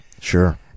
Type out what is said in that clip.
Sure